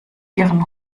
ihren